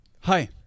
Hi